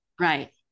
Right